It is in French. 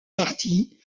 parties